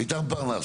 פרנס,